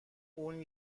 اون